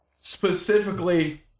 specifically